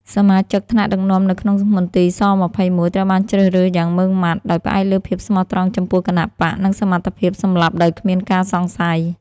សមាជិកថ្នាក់ដឹកនាំនៅក្នុងមន្ទីរស-២១ ត្រូវបានជ្រើសរើសយ៉ាងម៉ឺងម៉ាត់ ដោយផ្អែកលើភាពស្មោះត្រង់ចំពោះគណបក្ស និងសមត្ថភាពសម្លាប់ដោយគ្មានការសង្ស័យ។